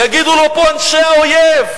יגידו לו פה אנשי האויב,